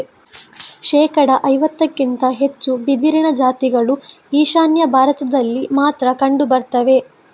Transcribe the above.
ಶೇಕಡಾ ಐವತ್ತಕ್ಕಿಂತ ಹೆಚ್ಚು ಬಿದಿರಿನ ಜಾತಿಗಳು ಈಶಾನ್ಯ ಭಾರತದಲ್ಲಿ ಮಾತ್ರ ಕಂಡು ಬರ್ತವೆ